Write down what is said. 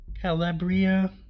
Calabria